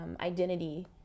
identity